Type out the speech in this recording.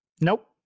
Nope